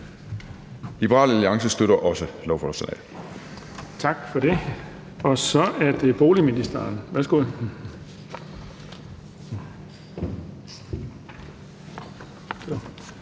Liberal Alliance støtter også lovforslaget.